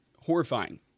horrifying